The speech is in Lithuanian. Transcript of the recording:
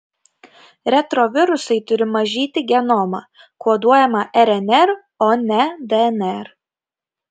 retrovirusai turi mažyti genomą koduojamą rnr o ne dnr